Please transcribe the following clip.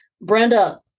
Brenda